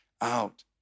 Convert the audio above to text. out